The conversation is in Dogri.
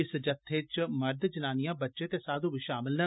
इस जत्थे च मर्द जनानियां बच्चे ते साघु शामल न